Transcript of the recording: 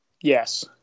Yes